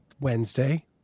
Wednesday